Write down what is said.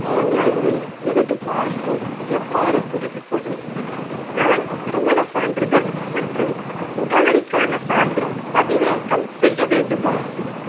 ஆன்லைனில் எனது பாஸ்போர்ட் எவ்வாறு புதுப்பிப்பது நான் திருமணச் சான்றிதழ் மற்றும் முகவரிக்கான சான்று பதிவேற்க்கம் செய்ய வேண்டுமா